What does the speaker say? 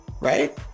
right